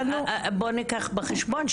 בואי ניקח בחשבון,